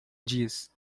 diz